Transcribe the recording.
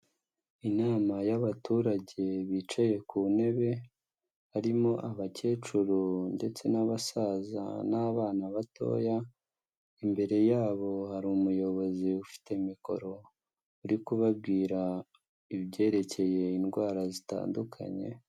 Inama y'abaturage bicaye ku ntebe, harimo abakecuru ndetse n'abasaza, n'abana batoya, imbere yabo hari umuyobozi ufite mikoro uri kubabwira ibyerekeye indwara zitandukanye.